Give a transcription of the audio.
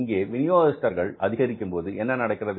இங்கே விநியோகஸ்தர்கள் அதிகரிக்கும்போது என்ன நடக்கிறது